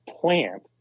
plant